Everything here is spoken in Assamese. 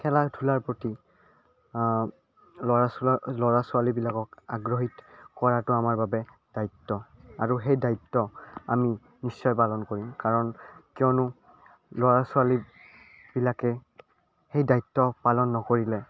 খেলা ধূলাৰ প্ৰতি ল'ৰা ছোৱালী ল'ৰা ছোৱালীবিলাকক আগ্ৰহিত কৰাতো আমাৰ বাবে দায়িত্ব আৰু সেই দায়িত্ব আমি নিশ্চয় পালন কৰিম কাৰণ কিয়নো ল'ৰা ছোৱালীবিলাকে সেই দায়িত্ব পালন নকৰিলে